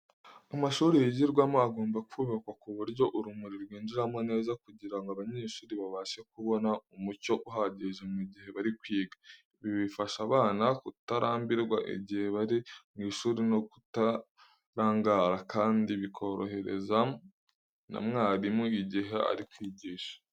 Amashuri yigirwamo agomba kubakwa ku buryo urumuri rwinjiramo neza kugira ngo abanyeshuri babashe kubona umucyo uhagije mu gihe bari kwiga. Ibi bifasha abana kutarambirwa igihe bari mu ishuri no kutarangara, kandi bikorohereza na mwarimu igihe ari kwigisha.